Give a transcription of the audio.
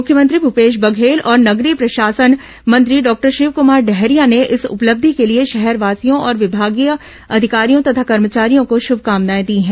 मुख्यमंत्री भूपेश बघेल और नगरीय प्रशासन मंत्री डॉक्टर शिवकुमार डहरिया ने इस उपलब्धि के लिए शहरवासियों और विमागीय अधिकारियों तथा कर्मचारियों को शुभकामनाए दी हैं